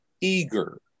eager